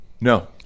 No